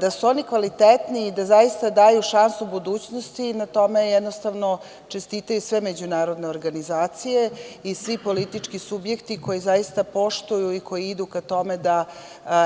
Da su oni kvalitetni i da zaista daju šansu budućnosti na tome jednostavno čestitaju sve međunarodne organizacije i svi politički subjekti koji zaista poštuju i koji idu ka tome da